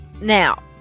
now